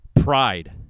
pride